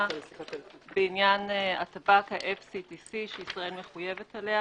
בעניין אמנת ה-FCDC שישראל מחויבת אליה,